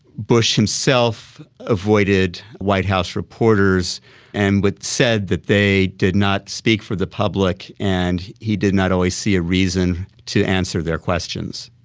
bush himself avoided white house reporters and said that they did not speak for the public and he did not always see a reason to answer their questions.